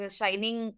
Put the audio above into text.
shining